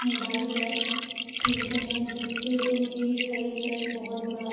mobile पर खेलते हैं जिससे उनके शरीर पर बहुत बुरा